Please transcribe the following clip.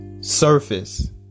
surface